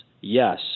yes